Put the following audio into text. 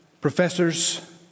professors